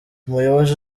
umuyobozi